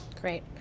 Great